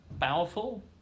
powerful